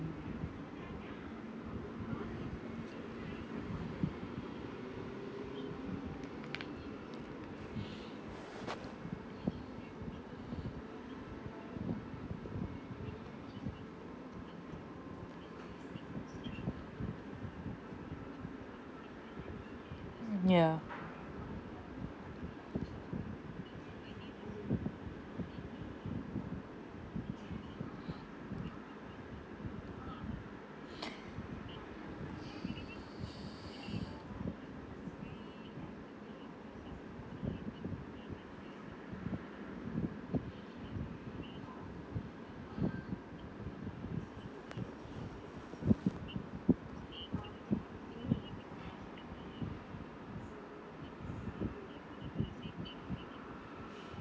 ya